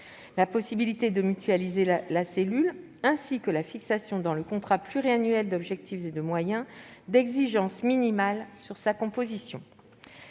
la possibilité de mutualiser la cellule, ainsi que la fixation dans le contrat pluriannuel d'objectifs et de moyens d'exigences minimales sur sa composition.